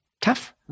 Tough